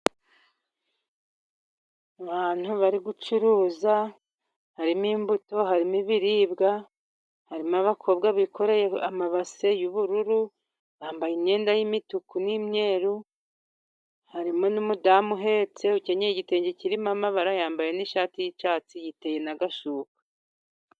Mu bantu bari gucuruza, harimo imbuto, harimo ibiribwa, harimo abakobwa bikoreye amabase y'ubururu, bambaye imyenda y'imituku n'imyeru, harimo n'umudamu uhetse, ukenyeye igitenge kirimo amabara, yambaye n'ishati y'icyatsi, yiteye n'agashuka.